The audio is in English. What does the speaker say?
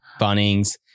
Bunnings